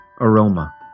aroma